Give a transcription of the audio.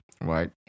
right